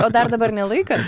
o dar dabar ne laikas